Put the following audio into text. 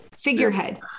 Figurehead